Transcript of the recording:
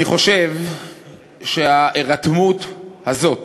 אני חושב שההירתמות הזאת